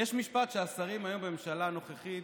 יש משפט שהשרים היום בממשלה הנוכחית